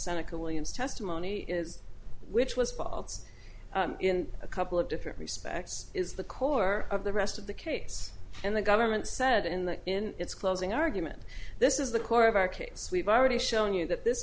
seneca williams testimony is which was faults in a couple of different respects is the core of the rest of the case and the government said in that in its closing argument this is the core of our case we've already shown you that this